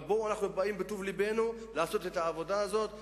אלא אנחנו באים בטוב לבנו לעשות את העבודה הזאת.